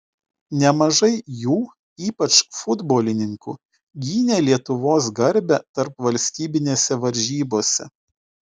nemažai jų ypač futbolininkų gynė lietuvos garbę tarpvalstybinėse varžybose